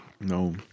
No